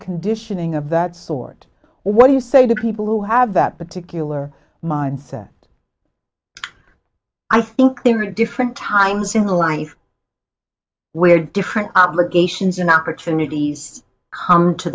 conditioning of that sort what do you say to people who have that particular mindset i think there are different times in a life where different obligations an opportunity come to